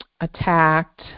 attacked